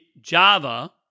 Java